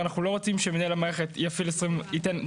אנחנו לא רוצים שמנהל המערכת ייתן דרישה